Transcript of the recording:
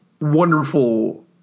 wonderful